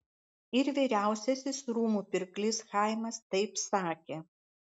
ir vyriausiasis rūmų pirklys chaimas taip sakė